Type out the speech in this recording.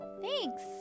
Thanks